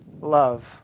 love